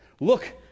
Look